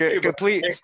Complete